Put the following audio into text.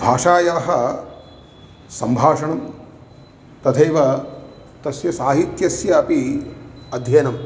भाषायाः संभाषणं तथैव तस्य साहित्यस्य अपि अध्ययनं